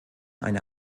eine